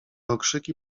okrzyki